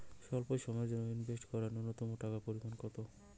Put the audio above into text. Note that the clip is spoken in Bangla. স্বল্প সময়ের জন্য ইনভেস্ট করার নূন্যতম টাকার পরিমাণ কত?